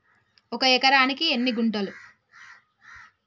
ఒక ఎకరానికి ఎన్ని గుంటలు?